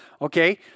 okay